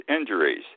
injuries